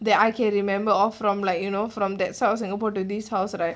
that I can remember of from like you know from that side of singapore to this house right